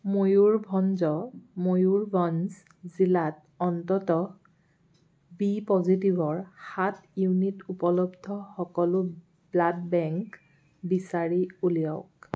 ময়ুৰভঞ্জ জিলাত অন্ততঃ বি পজিটিভৰ সাত ইউনিট উপলব্ধ সকলো ব্লাড বেংক বিচাৰি উলিয়াওক